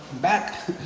back